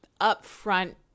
upfront